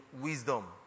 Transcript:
wisdom